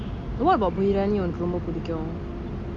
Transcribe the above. what about biryani உன்னக்கு ரொம்ப பிடிக்கும்:unnaku romba pidikum